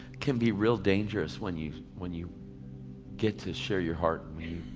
can be real dangerous when you, when you get to share your heart